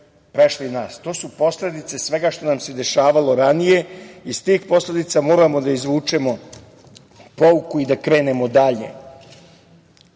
prešli nas. To su posledice svega što nam se dešavalo ranije. Iz tih posledica moramo da izvučemo pouku i da krenemo dalje.